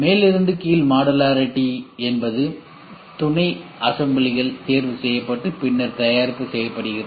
மேலிருந்து கீழ் மாடுலாரிடி என்பது துணை அசம்பிளிகள் தேர்வு செய்யப்பட்டு பின்னர் தயாரிப்பு செய்யப்படுகிறது